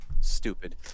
stupid